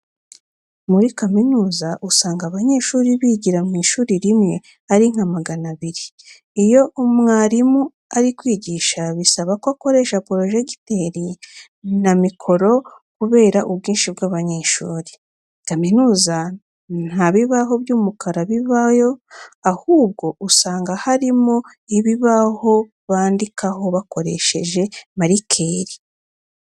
Muri kaminuza usanga abanyeshuri bigira mu ishuri rimwe ari nk'abantu magana abiri. Iyo mwarimu ari kwigisha bisaba ko akoresha porojegiteri na mikoro kubera ubwinshi bw'abanyeshuri. Kaminuza nta bibaho by'umukara bibayo ahubwo usanga harimo ibibaho bandikaho bakoresheje marikeri.